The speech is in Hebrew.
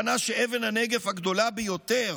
כך הוא אמר: "אני כמעט הגעתי למסקנה שאבן הנגף הגדולה ביותר